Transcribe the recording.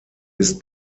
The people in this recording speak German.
ist